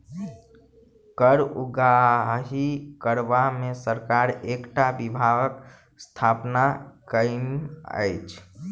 कर उगाही करबा मे सरकार एकटा विभागक स्थापना कएने अछि